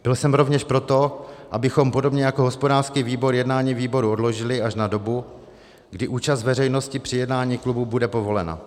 Byl jsem rovněž pro to, abychom podobně jako hospodářský výbor jednání výboru odložili až na dobu, kdy účast veřejnosti při jednání klubu bude povolena.